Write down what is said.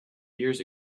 years